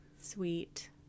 sweet